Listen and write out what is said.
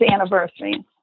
anniversary